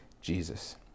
Jesus